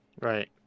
right